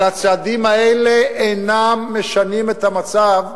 אבל הצעדים האלה אינם משנים את המצב,